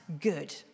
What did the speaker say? good